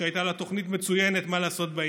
שהייתה לה תוכנית מצוינת מה לעשות בעניין.